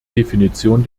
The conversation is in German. definition